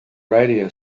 radio